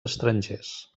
estrangers